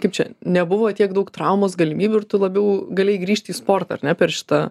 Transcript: kaip čia nebuvo tiek daug traumos galimybių ir tu labiau galėjai grįžti į sportą ar ne per šitą